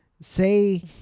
Say